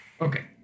okay